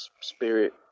Spirit